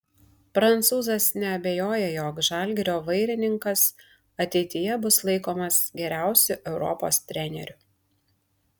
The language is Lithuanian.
prancūzas neabejoja jog žalgirio vairininkas ateityje bus laikomas geriausiu europos treneriu